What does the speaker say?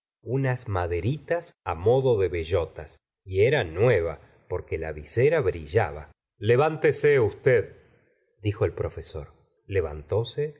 unas maderitas modo de bellotas y era nueva porque la visera brillaba levántese usted dijo el profesor levantóse y